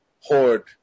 horde